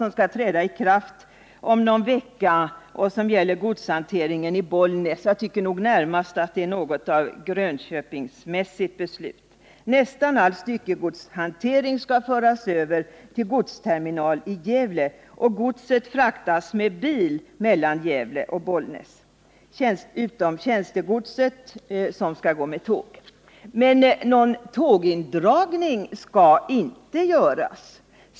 Det skall träda i kraft om någon vecka och gäller godshanteringen i Bollnäs. Jag tycker närmast att det är ett grönköpingsmässigt beslut. Nästan all styckegodshantering skall föras över till godsterminal i Gävle. Godset fraktas sedan med bil mellan Gävle och Bollnäs, utom tjänstegods, som skall gå med tåg. Men någon tågindragning skall inte göras.